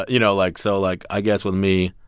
ah you know, like so like, i guess with me,